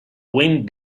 wind